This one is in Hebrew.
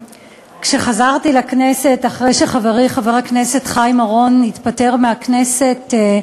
כשחזרתי לכנסת אחרי שחברי חבר הכנסת חיים אורון התפטר מהכנסת,